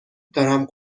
دارم